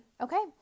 okay